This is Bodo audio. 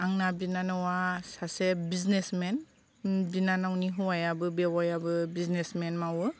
आंना बिनानावा सासे बिजनेसमेन बिनावनि हौवायाबो बेवाइयाबो बिजनेसमेन मावो